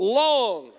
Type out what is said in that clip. long